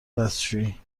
دستشویی